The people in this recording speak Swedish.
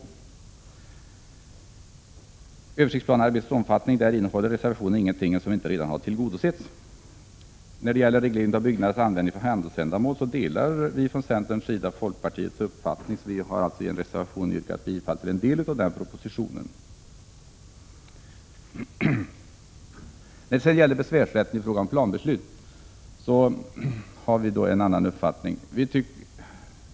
Beträffande översiktsplanearbetets omfattning innehåller reservationen ingenting som inte redan har tillgodosetts. Beträffande reglering av byggnaders användning för handelsändamål vill jag framhålla att centern delar folkpartiets uppfattning, varför vi i en reservation har yrkat bifall till en del av folkpartiets motion. När det sedan gäller besvärsrätten beträffande planbeslut har vi en avvikande uppfattning.